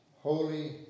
holy